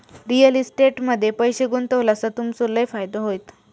real estate मध्ये पैशे गुंतवलास तर तुमचो लय फायदो होयत